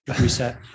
reset